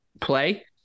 play